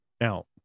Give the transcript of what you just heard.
Now